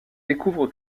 découvre